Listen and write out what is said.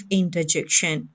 interjection